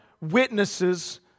witnesses